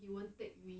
you won't take you